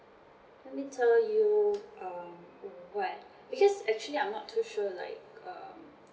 let me tell you um what because actually I'm not too sure like um